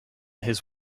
his